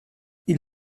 ils